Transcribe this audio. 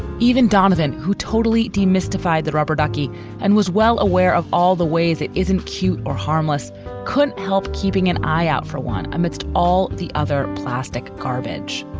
even donovan, who totally demystified the rubber ducky and was well aware of all the ways it isn't cute or harmless could help keeping an eye out for one. amidst all the other plastic garbage,